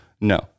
No